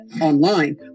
Online